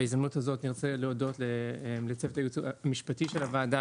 בהזדמנות זו ארצה להודות גם לצוות הייעוץ המשפטי של הוועדה,